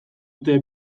dute